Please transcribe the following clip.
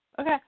okay